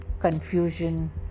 Confusion